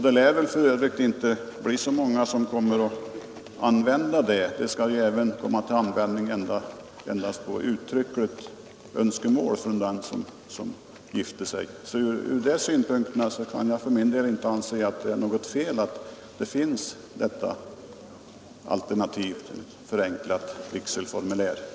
Det lär väl för övrigt inte bli så många som kommer att använda det. Det skall ju komma till användning endast på uttryckligt önskemål från dem som gifter sig. Ur de synpunkterna kan jag för min del inte anse att det är något fel i att alternativet med förenklat borgerligt vigselformulär finns.